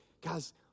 Guys